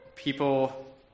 People